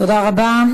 תודה רבה.